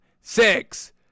six